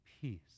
peace